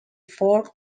fourth